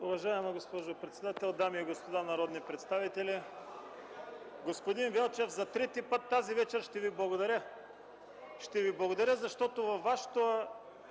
Уважаема госпожо председател, дами и господа народни представители! Господин Велчев, за трети път тази вечер ще Ви благодаря, защото във Вашето